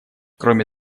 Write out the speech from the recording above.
кроме